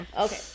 Okay